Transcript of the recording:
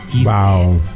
Wow